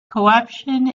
corruption